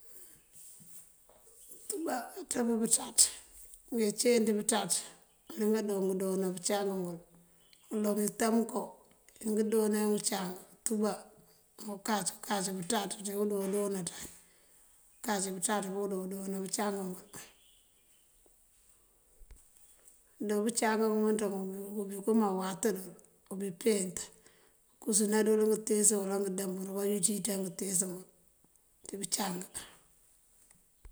Utúbá uţëp pëţaţ uciilí pëţaţ wulëwi udooná bëcángëwul. Uloŋ ito bëënko ingë idoonaa un bëcáng; utuba unkac. Unkac, pëţaţ indoo oona bëcángëwël. Dí bëcang bëëmëntáa bun wíkëëmá uwátërël dul biipíiţ ukësënádúl ngëntíisëngun ţi bëcang.